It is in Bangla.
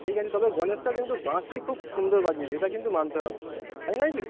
ঠিক আছে তবে গনেশকা কিন্তু বাঁশি খুব সুন্দর বাজিয়েছে এটা কিন্তু মানতে হবে তাই নয় কি